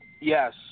Yes